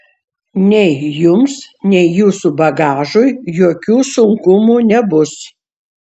nei jums nei jūsų bagažui jokių sunkumų nebus